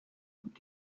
und